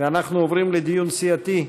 ואנחנו עוברים לדיון סיעתי.